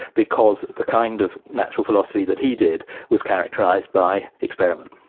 because the kind of natural philosophy that he did, was characterized by experiment.